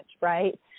right